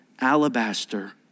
alabaster